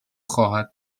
خواهد